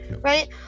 right